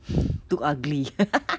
too ugly